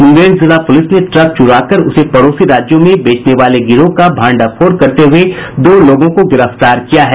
मुंगेर जिला पुलिस ने ट्रक चुराकर उसे पड़ोसी राज्यों में बेचने वाले गिरोह का भंडाफोड़ करते हुये दो लोगों को गिरफ्तार किया है